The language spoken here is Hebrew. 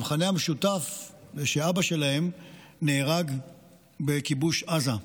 המכנה המשותף הוא שאבא שלהם נהרג בכיבוש עזה,